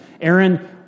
Aaron